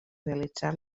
realitzar